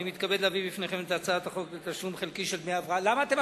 אני מתכבד להביא לפניכם את הצעת חוק לתשלום חלקי של דמי הבראה בשירות